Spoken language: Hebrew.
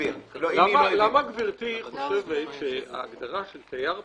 --- למה גברתי חושבת שההגדרה של "תייר פנים"